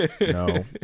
no